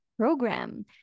program